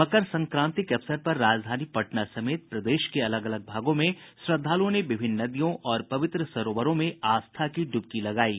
मकर संक्रांति के अवसर पर राजधानी पटना समेत प्रदेश के अलग अलग भागों में श्रद्धालुओं ने विभिन्न नदियों और पवित्र सरोवरों में आस्था की ड्बकी लगायी